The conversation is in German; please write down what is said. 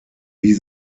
wie